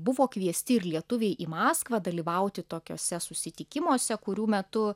buvo kviesti ir lietuviai į maskvą dalyvauti tokiuose susitikimuose kurių metu